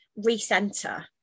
recenter